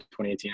2018